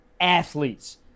athletes